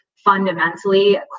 fundamentally